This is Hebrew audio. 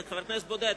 זה חבר כנסת בודד,